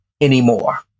anymore